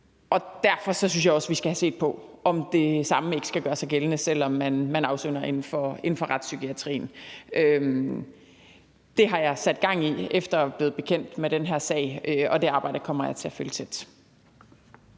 og derfor synes jeg også, vi skal have set på, om det samme ikke skal gøre sig gældende, selv om man afsoner inden for retspsykiatrien. Det arbejde har jeg sat gang i efter at være blevet bekendt med den her sag, og det kommer jeg til at følge tæt.